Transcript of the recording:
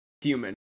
human